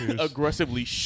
aggressively